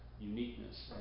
uniqueness